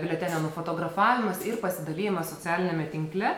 biuletenio nufotografavimas ir pasidalijimas socialiniame tinkle